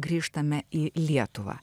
grįžtame į lietuvą